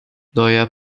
neuer